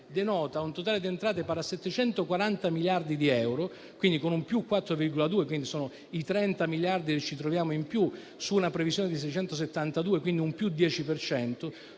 denota un totale di entrate pari a 740 miliardi di euro, quindi con un più 4,2, che sono i 30 miliardi che ci troviamo in più su una previsione di 672; quindi un più 10